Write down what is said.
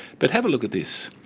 but have a look at this,